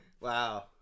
Wow